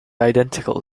identical